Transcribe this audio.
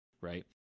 right